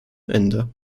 ende